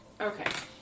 Okay